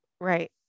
right